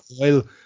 oil